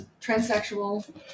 Transsexual